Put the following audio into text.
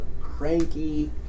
cranky